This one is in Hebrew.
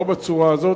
לא בצורה הזאת.